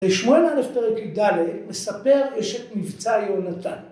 ב‫שמואל אלף פרק י"ד, ‫מספר אשת מבצע יהונתן.